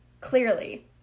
clearly